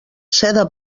seda